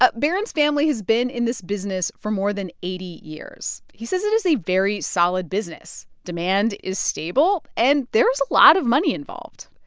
but baron's family has been in this business for more than eighty years. he says it is a very solid business. demand is stable. and there is a lot of money involved.